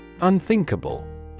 Unthinkable